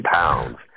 pounds